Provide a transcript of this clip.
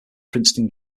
princeton